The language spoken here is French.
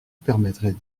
permettrait